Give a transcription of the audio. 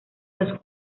los